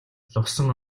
лувсан